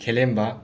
ꯈꯦꯂꯦꯝꯕ